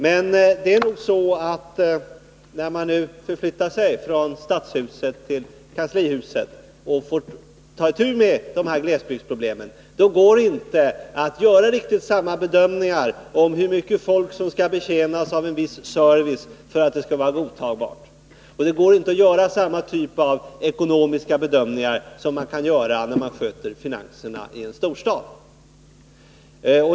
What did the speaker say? Men när man nu förflyttar sig från stadshuset till kanslihuset och får ta itu med dessa glesbygdsproblem, går det inte att göra riktigt samma bedömningar om hur mycket folk som skall betjänas av en viss service för att det skall vara godtagbart. Det går inte att göra samma typ av ekonomiska bedömningar som man kan göra när man sköter finanserna i en storstad.